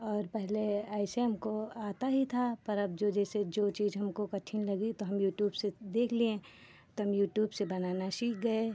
और पहले ऐसे हमको आता ही था पर अब जो जैसे जो चीज़ हमको कठिन लगी तो हम यूट्यूब से देख लिए तो हम यूट्यूब से बनाना सीख गए